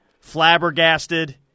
flabbergasted